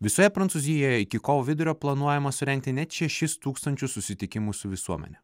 visoje prancūzijoje iki kovo vidurio planuojama surengti net šešis tūkstančius susitikimų su visuomene